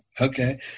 Okay